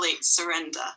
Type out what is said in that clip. surrender